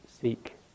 seek